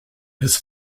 his